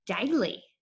daily